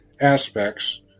aspects